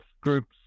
groups